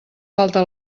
falta